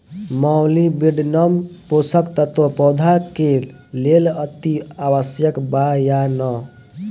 Molybdenum पोषक तत्व पौधा के लेल अतिआवश्यक बा या न?